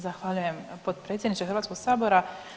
Zahvaljujem potpredsjedniče Hrvatskog sabora.